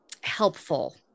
helpful